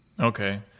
Okay